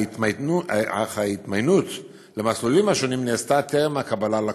אך ההתמיינות למסלולים השונים נעשתה טרם הקבלה לכפר.